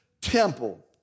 temple